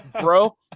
bro